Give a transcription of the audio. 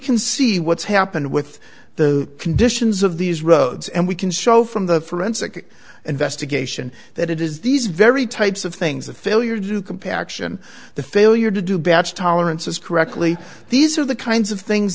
can see what's happened with the conditions of these roads and we can show from the forensic investigation that it is these very types of things that failure do compaction the failure to do batch tolerances correctly these are the kinds of things